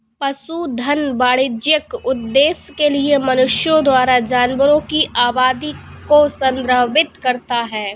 पशुधन वाणिज्यिक उद्देश्य के लिए मनुष्यों द्वारा जानवरों की आबादी को संदर्भित करता है